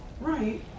Right